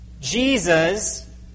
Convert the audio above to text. Jesus